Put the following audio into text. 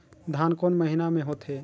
धान कोन महीना मे होथे?